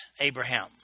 Abraham